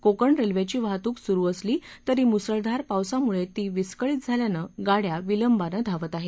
कोकण रेल्वेची वाहतूक सुरू असली तरी मुसळधार पावसामुळे ती विस्कळीत झाली असून गाड्या विलंबानं धावत आहेत